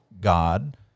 god